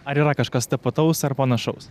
ar yra kažkas tapataus ar panašaus